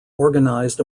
organized